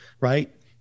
Right